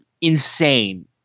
insane